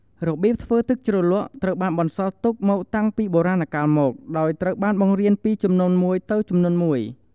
របៀបធ្វើទឹកជ្រលក់ ត្រូវបានបន្សល់ទុកមកតាំងពីបុរាណកាលមក ដោយត្រូវបានបង្រៀនពីជំនាន់មួយទៅជំនាន់មួយ។